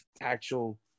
actual